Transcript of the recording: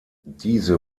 diese